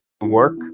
work